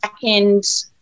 second